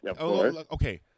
Okay